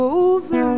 over